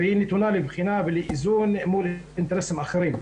והיא נתונה לבחינה ולאיזון מול אינטרסים אחרים.